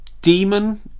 Demon